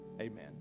Amen